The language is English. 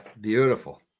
beautiful